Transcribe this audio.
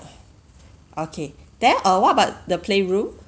okay then uh what about the playroom